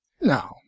No